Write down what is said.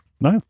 no